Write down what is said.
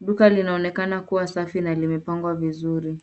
Duka linaonekana kuwa safi na limepangwa vizuri.